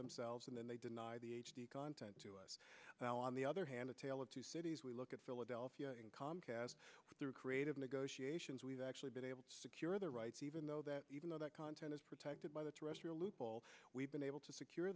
themselves and then they deny the h d content to us now on the other hand a tale of two cities we look at philadelphia and comcast through creative negotiations we've actually been able to secure the rights even though that even though that content is protected by the terrestrial lupul we've been able to secure